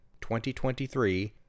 2023